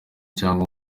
cyangwa